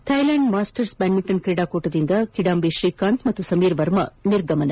Thailand masters badminton ಕ್ರೀಡಾಕೂಟದಿಂದ ಕಿಡಂಬಿ ಶ್ರೀಕಾಂತ್ ಹಾಗೂ ಸಮೀರ್ ವರ್ಮಾ ನಿರ್ಗಮನ